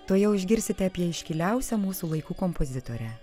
tuojau išgirsite apie iškiliausią mūsų laikų kompozitorę